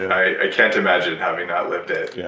i can't imagine having that, lived it yeah